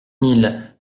mille